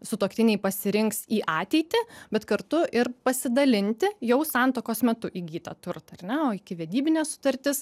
sutuoktiniai pasirinks į ateitį bet kartu ir pasidalinti jau santuokos metu įgytą turtą ar ne o ikivedybinė sutartis